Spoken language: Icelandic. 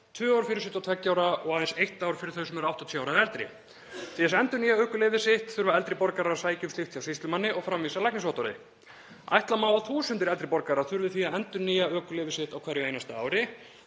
tvö ár fyrir 72 ára og aðeins eitt ár fyrir þau sem eru 80 ára og eldri. Til að endurnýja ökuleyfið sitt þurfa eldri borgarar að sækja um slíkt hjá sýslumanni og framvísa læknisvottorði. Ætla má að þúsundir eldri borgara þurfi því að endurnýja ökuleyfi sitt á hverju einasta ári.